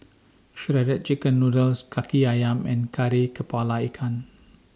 Shredded Chicken Noodles Kaki Ayam and Kari Kepala Ikan